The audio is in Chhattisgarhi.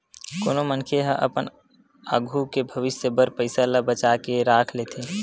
कोनो मनखे ह अपन आघू के भविस्य बर पइसा ल बचा के राख लेथे